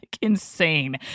insane